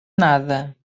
nada